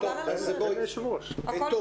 בושה.